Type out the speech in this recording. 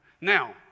Now